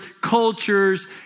cultures